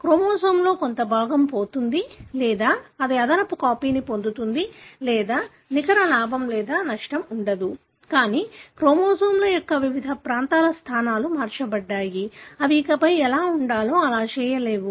క్రోమోజోమ్లో కొంత భాగం పోతుంది లేదా అది అదనపు కాపీని పొందుతుంది లేదా నికర లాభం లేదా నష్టం ఉండదు కానీ క్రోమోజోమ్ల యొక్క వివిధ ప్రాంతాల స్థానాలు మార్చబడ్డాయి అవి ఇకపై ఎలా ఉండాలో అలా చేయలేవు